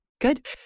good